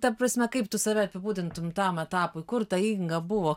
ta prasme kaip tu save apibūdintum tam etapui kur tai buvo